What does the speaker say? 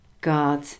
God